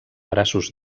braços